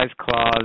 Clause